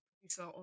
producer